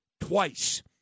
twice